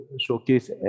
showcase